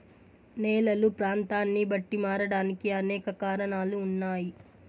నేలలు ప్రాంతాన్ని బట్టి మారడానికి అనేక కారణాలు ఉన్నాయి